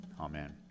Amen